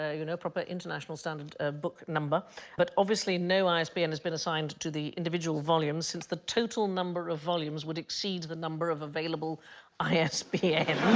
ah you know proper international standard book number but obviously no isbn has been assigned to the individual volume since the total number of volumes would exceed the number of available is